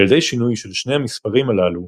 על ידי שינוי של שני המספרים הללו,